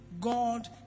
god